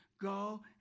go